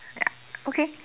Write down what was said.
ya okay